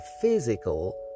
physical